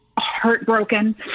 heartbroken